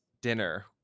dinner